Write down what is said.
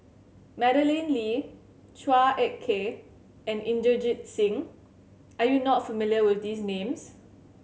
Madeleine Lee Chua Ek Kay and Inderjit Singh are you not familiar with these names